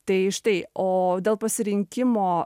tai štai o dėl pasirinkimo